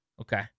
Okay